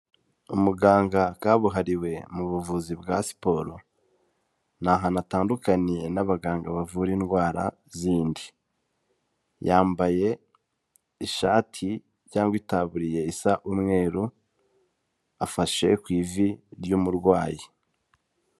Umuganga kabuhariwe mu buvuzi bwa siporo, ntahantu atandukaniye n'abaganga bavura indwara zindi, yambaye ishati cyangwa itaburiye isa umweru, afashe ku ivi ry'umurwayi.